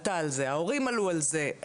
ההורים עלו על זה,